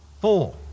Four